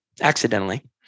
accidentally